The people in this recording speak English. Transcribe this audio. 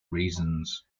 reasons